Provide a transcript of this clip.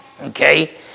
Okay